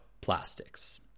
plastics